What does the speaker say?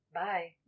bye